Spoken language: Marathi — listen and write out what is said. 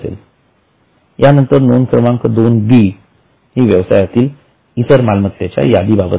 यानंतर नोंद क्रमांक 2 बी हि व्यवसायातील इतर मालमत्तेच्या यादी बाबत आहे